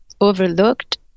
overlooked